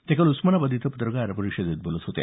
ते काल उस्मानाबाद इथं पत्रकार परिषदेत बोलत होते